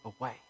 away